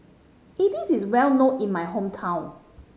idili is well known in my hometown